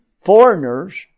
foreigners